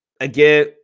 again